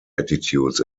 attitudes